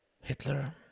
Hitler